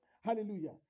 Hallelujah